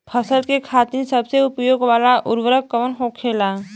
फसल के खातिन सबसे उपयोग वाला उर्वरक कवन होखेला?